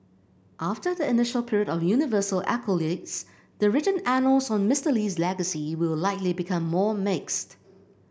after the initial period of universal accolades the written annals on Mister Lee's legacy will likely become more mixed